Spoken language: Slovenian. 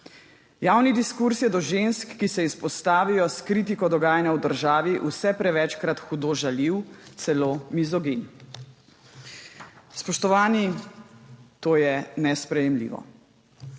Javni diskurz je do žensk, ki se izpostavijo s kritiko dogajanja v državi, vse prevečkrat hudo žaljiv, celo mizogin. Spoštovani, to je nesprejemljivo.